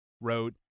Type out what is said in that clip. wrote